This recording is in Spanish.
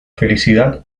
felicidad